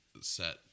set